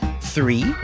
Three